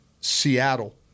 Seattle